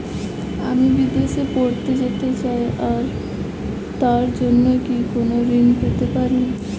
আমি বিদেশে পড়তে যেতে চাই তার জন্য কি কোন ঋণ পেতে পারি?